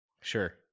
Sure